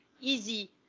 easy